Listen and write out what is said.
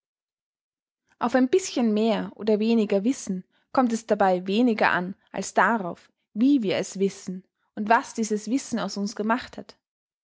auf ein bischen mehr oder weniger wissen kommt es dabei weniger an als darauf wie wir es wissen und was dieses wissen aus uns gemacht hat